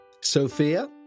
Sophia